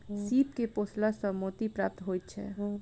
सीप के पोसला सॅ मोती प्राप्त होइत छै